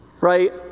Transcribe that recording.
right